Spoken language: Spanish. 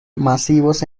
masivos